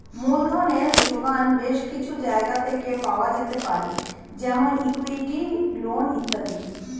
মূলধনের জোগান বেশ কিছু জায়গা থেকে পাওয়া যেতে পারে যেমন ইক্যুইটি, লোন ইত্যাদি